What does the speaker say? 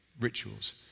rituals